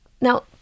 Now